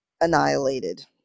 annihilated